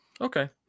Okay